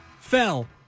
fell